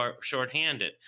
shorthanded